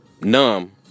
numb